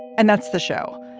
and that's the show.